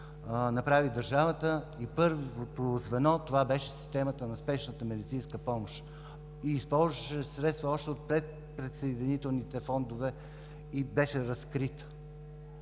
направи държавата, и първото звено беше системата на спешната медицинска помощ. Тя използваше средства още от предприсъединителните фондове и беше разкрита.